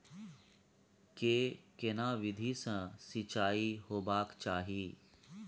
के केना विधी सॅ सिंचाई होबाक चाही?